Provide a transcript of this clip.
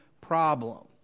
problem